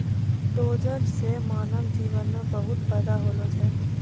dozer सें मानव जीवन म बहुत फायदा होलो छै